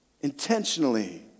intentionally